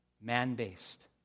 Man-based